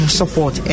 support